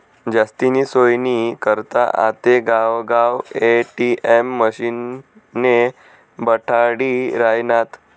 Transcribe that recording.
जास्तीनी सोयनी करता आते गावगाव ए.टी.एम मशिने बठाडी रायनात